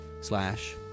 slash